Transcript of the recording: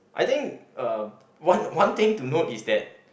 I think uh one one thing to note is that